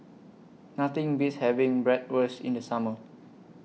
Nothing Beats having Bratwurst in The Summer